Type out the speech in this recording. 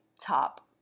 top